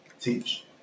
teach